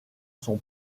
son